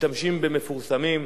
משתמשים במפורסמים,